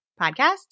podcast